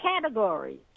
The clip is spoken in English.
categories